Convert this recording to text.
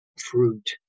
fruit